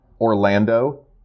Orlando